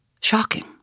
Shocking